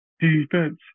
Defense